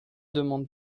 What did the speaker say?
demande